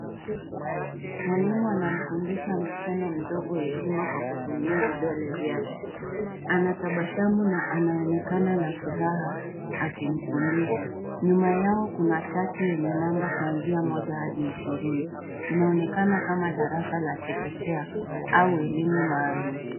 Mwalimu anamfundisha msichana mdogo heshima kwa kutumia vidole vyake. Anatabasamu na anaonekana na furaha akifundisha. Nyuma yao kuna chati yenye namba kuanzia moja hadi ishirini. Inaonekana kama darasa la chekechea au elimu maalum.